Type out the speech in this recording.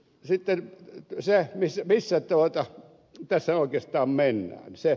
sitten siihen missä tässä oikeastaan mennään